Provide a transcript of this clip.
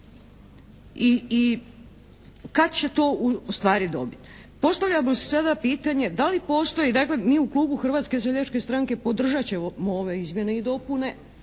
i kad će to u stvari dobiti. Postavljamo sada pitanje da li postoji, dakle mi u klubu Hrvatske seljačke stranke podržat ćemo ove izmjene i dopune,